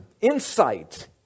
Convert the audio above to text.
insight